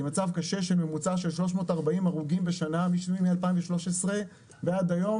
היא מצב של ממוצע של 340 הרוגים בשנה מ-2013 ועד היום,